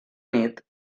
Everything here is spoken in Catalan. nit